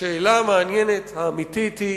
השאלה המעניינת האמיתית היא